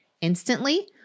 instantly